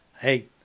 Hey